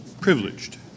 privileged